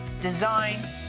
design